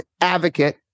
advocate